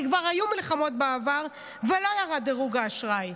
כי כבר היו מלחמות בעבר ולא ירד דירוג האשראי.